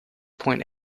point